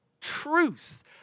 truth